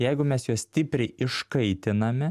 jeigu mes juos stipriai iškaitiname